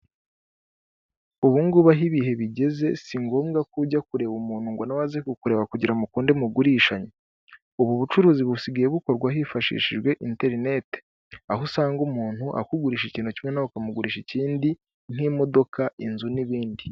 Ubungubu aho ibihe bigeze si ngombwa ko ujya kureba umuntu ngo nawe aze kukureba kugira mukunde mugurishanye, ubu bucuruzi busigaye bukorwa hifashishijwe enterinete, aho usanga umuntu akugurisha ikintu kimwe, ukamugurisha ikindi nk'imodoka, inzu n'ibindi.